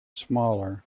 smaller